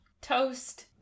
toast